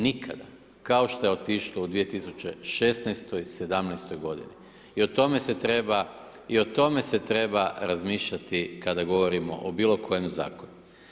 Nikada, kao što je otišlo u 2016., 2017. g. I o tome se treba razmišljati kada govorimo o bilo kojem zakonu.